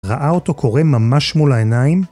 ‫ראה אותו קורה ממש מול העיניים?